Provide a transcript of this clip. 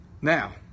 Now